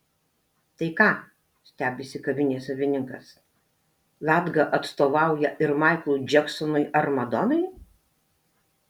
tai ką stebisi kavinės savininkas latga atstovauja ir maiklui džeksonui ar madonai